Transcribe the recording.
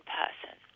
person